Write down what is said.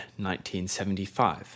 1975